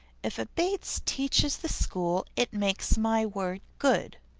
if a bates teaches the school it makes my word good.